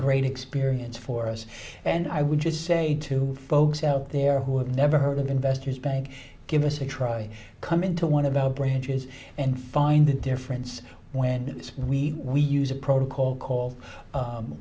great experience for us and i would just say to folks out there who have never heard of investors bank give us a try to come into one of our branches and find the difference when we use a protocol called